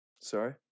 sorry